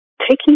taking